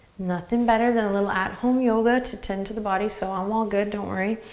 nothing better than a little at-home yoga to tend to the body so i'm all good, don't worry.